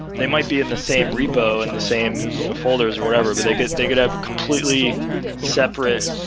they might be in the same repo, in the same you know folders or whatever, but they could they could have a completely separate,